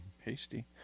Hasty